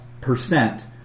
percent